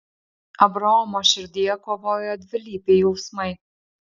abraomo širdyje kovojo dvilypiai jausmai